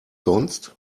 sonst